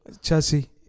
Chelsea